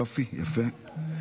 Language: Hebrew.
יופי, יפה.